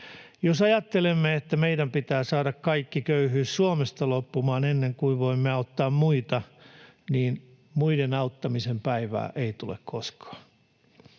Jos ajattelemme, että meidän pitää saada kaikki köyhyys Suomesta loppumaan ennen kuin voimme auttaa muita, niin muiden auttamisen päivää ei tule koskaan.